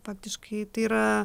faktiškai tai yra